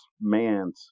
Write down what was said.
man's